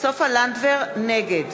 נגד